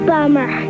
Bummer